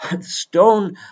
stone